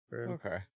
Okay